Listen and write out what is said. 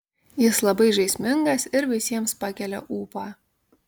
jis labai žaismingas ir visiems pakelia ūpą